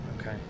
Okay